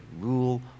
rule